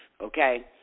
okay